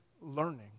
learning